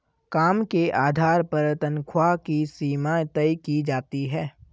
काम के आधार पर तन्ख्वाह की सीमा तय की जाती है